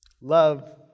Love